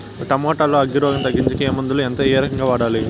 Tomato లో అగ్గి రోగం తగ్గించేకి ఏ మందులు? ఎంత? ఏ రకంగా వాడాలి?